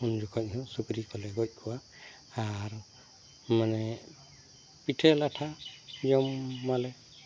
ᱩᱱᱡᱚᱠᱷᱮᱡ ᱦᱚᱸ ᱥᱩᱠᱨᱤ ᱠᱚᱞᱮ ᱜᱚᱡ ᱠᱚᱣᱟ ᱟᱨ ᱢᱟᱱᱮ ᱯᱤᱴᱷᱟᱹᱼᱞᱟᱴᱷᱟ ᱡᱚᱢ ᱢᱟᱞᱮ